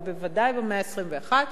אבל בוודאי במאה ה-21,